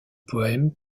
poème